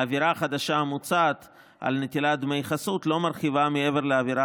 העבירה החדשה המוצעת על נטילת דמי חסות לא מרחיבה מעבר לעבירה